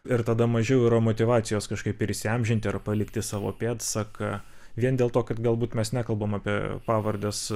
ir tada mažiau yra motyvacijos kažkaip ir įsiamžinti ar palikti savo pėdsaką vien dėl to kad galbūt mes nekalbam apie pavardes